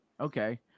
Okay